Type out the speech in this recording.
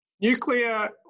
nuclear